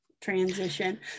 transition